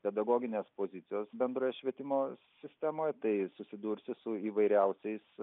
pedagoginės pozicijos bendroje švietimo sistemoje tai susidursi su įvairiausiais